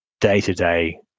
day-to-day